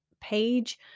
page